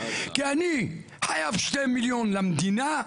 כי אני חייב שני מיליון למדינה.